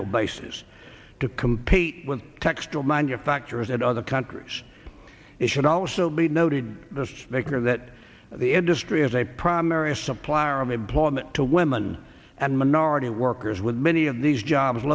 annual basis to compete with textile manufacturers and other countries it should also be noted the maker that the industry is a primary a supplier of employment to women and minority workers with many of these jobs